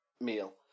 meal